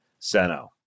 Seno